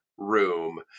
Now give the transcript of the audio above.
room